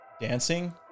dancing